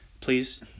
Please